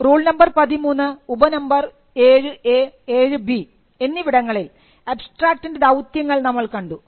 rule number 13 ഉപ number 7 7 എന്നിവിടങ്ങളിൽ അബ്സ്ട്രാക്റ്റിൻറെ ദൌത്യങ്ങൾ നമ്മൾ കണ്ടു